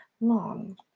long